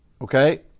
Okay